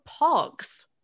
Pogs